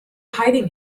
hiding